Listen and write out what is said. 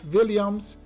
Williams